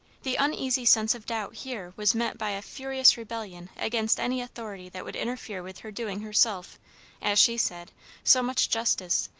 the uneasy sense of doubt here was met by a furious rebellion against any authority that would interfere with her doing herself as she said so much justice,